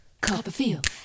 Copperfield